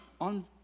on